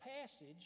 passage